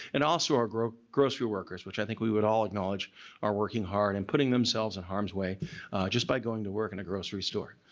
and also our grocery grocery workers which i think we would all acknowledge are working hard and putting themselves in harm's way just by going to work in a grocery store.